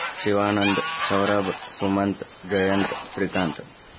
Shivanand Saurabh Sumant Jayant Srikanth